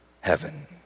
Heaven